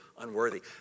unworthy